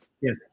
Yes